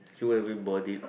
kill everybody